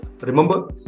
remember